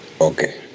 okay